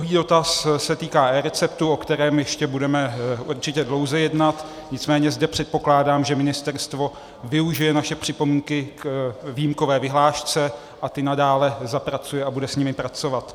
Druhý dotaz se týká eReceptu, o kterém ještě budeme určitě dlouze jednat, nicméně zde předpokládám, že ministerstvo využije naše připomínky k výjimkové vyhlášce, nadále je zapracuje a bude s nimi pracovat.